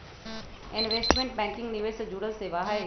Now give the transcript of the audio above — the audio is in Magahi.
इन्वेस्टमेंट बैंकिंग निवेश से जुड़ल सेवा हई